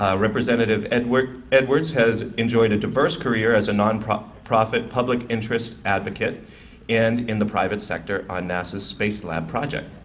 ah representative edwards edwards has enjoyed a diverse career, as a non-profit public interest advocate and in the private sector on nasa's space land project.